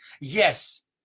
yes